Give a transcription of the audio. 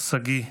שגיא,